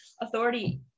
authority